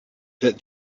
that